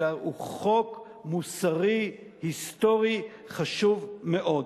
אלא הוא חוק מוסרי היסטורי חשוב מאוד.